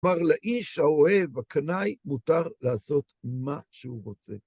כלומר לאיש האוהב, הקנאי, מותר לעשות מה שהוא רוצה.